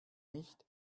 nicht